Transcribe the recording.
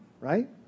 right